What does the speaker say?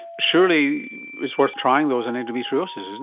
surely it's worth trying those on endometriosis, isn't